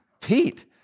pete